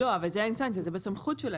לא, בזה אין סנקציה, זה בסמכות שלהם.